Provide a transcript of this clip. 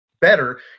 better